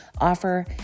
offer